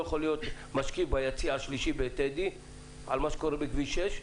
יכול להיות משקיף ביציע השלישי בטדי על מה שקורה בכביש 6,